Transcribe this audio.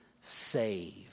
save